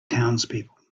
townspeople